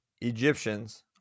Egyptians